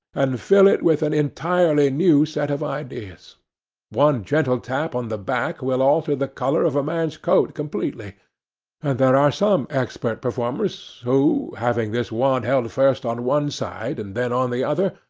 and fill it with an entirely new set of ideas one gentle tap on the back will alter the colour of a man's coat completely and there are some expert performers, who, having this wand held first on one side and then on the other,